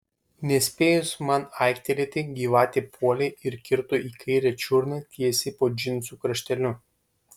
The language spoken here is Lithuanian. nespėjus man aiktelėti gyvatė puolė ir kirto į kairę čiurną tiesiai po džinsų krašteliu